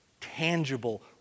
tangible